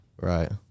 Right